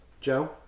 Joe